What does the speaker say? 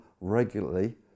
regularly